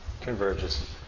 Converges